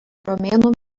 romėnų